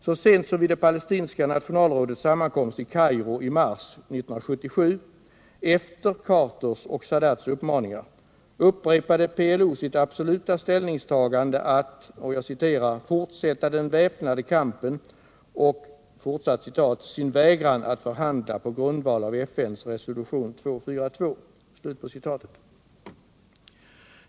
Så sent som vid det Palestinska Nationalrådets sammankomst i Kairo i mars 1977 — efter Carters och Sadats uppmaningar — upprepade PLO sitt absoluta ställningstagande att ”fortsätta den väpnade kampen” och ”sin vägran att förhandla på grundval av FN:s resolution 242”.